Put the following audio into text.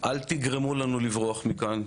אל תגרמו לנו לברוח מכאן,